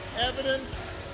evidence